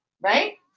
Right